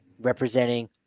representing